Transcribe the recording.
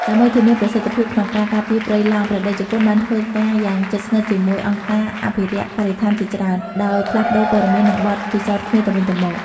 ដើម្បីធានាប្រសិទ្ធភាពក្នុងការការពារព្រៃឡង់ ព្រះតេជគុណបានធ្វើការយ៉ាងជិតស្និទ្ធជាមួយ អង្គការអភិរក្សបរិស្ថានជាច្រើន ដោយផ្លាស់ប្ដូរព័ត៌មាន និងបទពិសោធន៍គ្នាទៅវិញទៅមក។